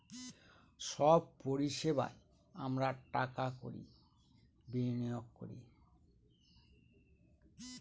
সব পরিষেবায় আমরা টাকা কড়ি বিনিয়োগ করি